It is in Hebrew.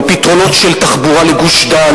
על פתרונות של תחבורה לגוש-דן,